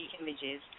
images